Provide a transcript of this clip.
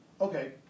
Okay